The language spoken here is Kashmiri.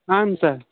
اَہَن سا